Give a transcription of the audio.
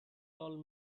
all